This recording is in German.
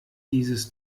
dieses